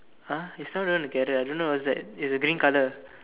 !huh! it's not even together I don't know what's that it's a green color